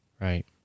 Right